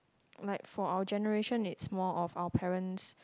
like for our generation it's more of our parents